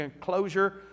closure